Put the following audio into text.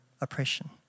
oppression